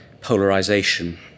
polarization